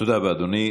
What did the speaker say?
תודה רבה, אדוני.